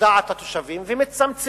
בדעת התושבים ומצמצמים.